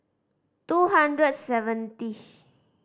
two hundred seventy